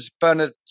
Bernard